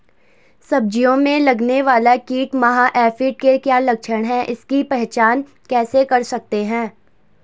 सब्जियों में लगने वाला कीट माह एफिड के क्या लक्षण हैं इसकी पहचान कैसे कर सकते हैं?